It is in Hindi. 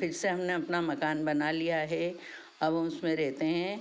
फिर से हमने अपना मकान बना लिया है अब हम उसमें रहते हैं